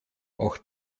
auch